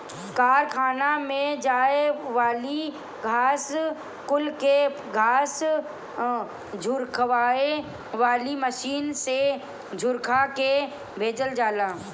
कारखाना में जाए वाली घास कुल के घास झुरवावे वाली मशीन से झुरवा के भेजल जाला